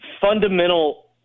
fundamental